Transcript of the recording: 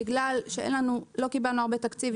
בגלל שלא קיבלנו הרבה תקציב,